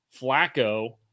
Flacco